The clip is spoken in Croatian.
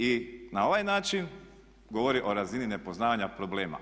I na ovaj način govori o razini nepoznavanja problema.